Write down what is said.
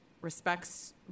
respects